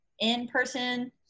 in-person